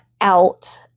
out